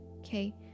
okay